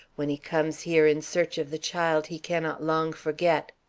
when he comes here in search of the child he cannot long forget.